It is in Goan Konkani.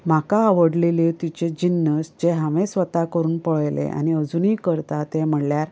म्हाका आवडलेल्यो तिच्यो जिन्नस जे हांवें स्वता करून पळयले आनी अजुनीय करता ते म्हणल्यार